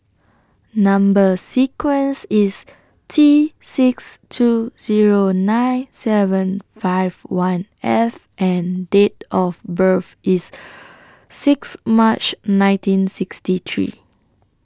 Number sequence IS T six two Zero nine seven five one F and Date of birth IS Sixth March nineteen sixty three